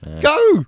Go